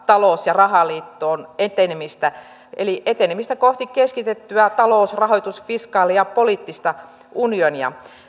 talous ja rahaliittoon etenemistä eli etenemistä kohti keskitettyä talous rahoitus fiskaali ja poliittista unionia